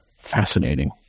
Fascinating